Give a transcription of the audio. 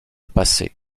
passer